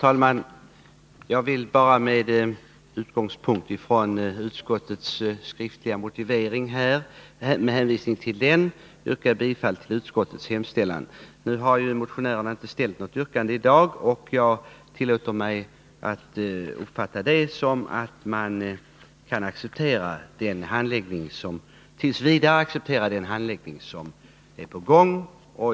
Herr talman! Med hänvisning till utskottets skriftliga motivering ber jag att få yrka bifall till utskottets hemställan. Motionären har inte ställt något yrkande i dag, och jag tillåter mig att uppfatta det som att han t. v. kan acceptera den handläggning som är på gång.